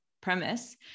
premise